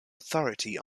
authority